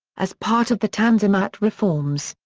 as part of the tanzimat reforms,